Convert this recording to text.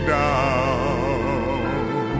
down